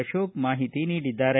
ಅಶೋಕ್ ಮಾಹಿತಿ ನೀಡಿದ್ದಾರೆ